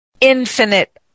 infinite